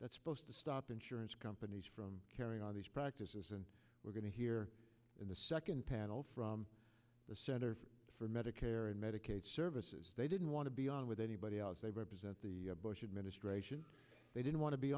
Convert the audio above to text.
that's supposed to stop insurance companies from carrying on these and we're going to hear in the second panel from the center for medicare and medicaid services they didn't want to be on with anybody else they represent the bush administration they didn't want to be